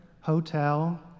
hotel